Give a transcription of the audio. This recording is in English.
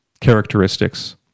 characteristics